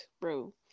bro